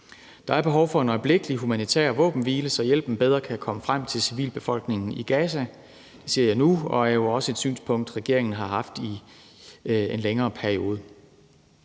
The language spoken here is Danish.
Der er behov for en øjeblikkelig humanitær våbenhvile, så hjælpen bedre kan komme frem til civilbefolkningen i Gaza. Det siger jeg nu, og det er jo også et synspunkt, regeringen har haft i en længere periode.